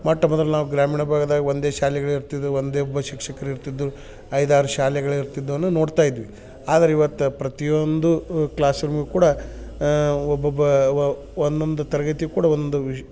ಮೊಟ್ಟ ಮೊದಲು ನಾವು ಗ್ರಾಮೀಣ ಭಾಗದಾಗ ಒಂದೇ ಶಾಲೆಗಳು ಇರ್ತಿದ್ವು ಒಂದೇ ಉಪಶಿಕ್ಷಕರು ಇರ್ತಿದ್ದರು ಐದಾರು ಶಾಲೆಗಳು ಇರ್ತಿದ್ವನ್ನ ನೋಡ್ತಾಯಿದ್ವಿ ಆದರೆ ಇವತ್ತು ಪ್ರತಿಯೊಂದು ಕ್ಲಾಸ್ರೂಮ್ ಕೂಡ ಒಬ್ಬೊಬ್ಬ ವ ಒನ್ನೊಂದು ತರಗತಿ ಕೂಡ ಒಂದು ವಿ